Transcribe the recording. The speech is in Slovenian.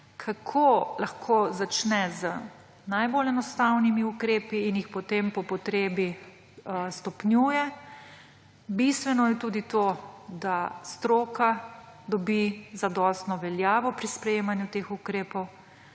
kako lahko začne z najbolj enostavnimi ukrepi in jih potem po potrebi stopnjuje. Bistveno je tudi to, da stroka dobi zadostno veljavo pri sprejemanju teh ukrepov,